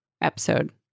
episode